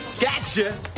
Gotcha